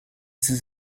sie